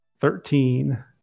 Thirteen